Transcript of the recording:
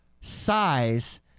size